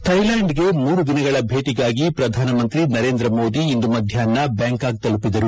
ಥೈಲ್ಯಾಂಡ್ಗೆ ಮೂರು ದಿನಗಳ ಭೇಟಿಗಾಗಿ ಪ್ರಧಾನಮಂತ್ರಿ ನರೇಂದ್ರ ಮೋದಿ ಇಂದು ಮಧ್ಯಾಷ್ನ ಬ್ಯಾಂಕಾಕ್ ತಲುಪಿದರು